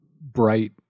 bright